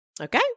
Okay